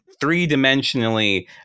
three-dimensionally